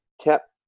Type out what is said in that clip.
kept